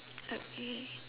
okay